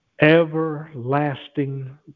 everlasting